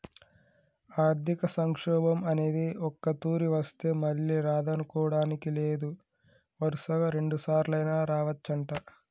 ఆర్థిక సంక్షోభం అనేది ఒక్కతూరి వస్తే మళ్ళీ రాదనుకోడానికి లేదు వరుసగా రెండుసార్లైనా రావచ్చంట